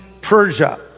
Persia